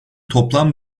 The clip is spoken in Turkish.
toplam